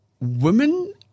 women